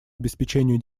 обеспечению